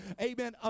amen